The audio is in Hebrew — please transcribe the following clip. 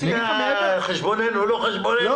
חשבוננו לא חשבוננו,